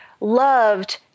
loved